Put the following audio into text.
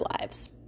lives